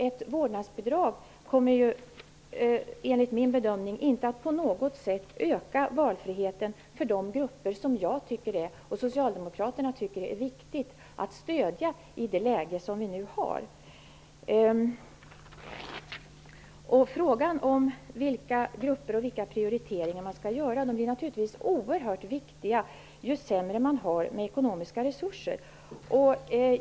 Ett vårdnadsbidrag kommer, enligt min bedömning, inte att på något sätt öka valfriheten för de grupper som jag och Socialdemokraterna tycker att det är viktigt att stödja i nuvarande läge. Frågan om vilka prioriteringar man skall göra är naturligtvis oerhört viktig ju sämre de ekonomiska resurserna är.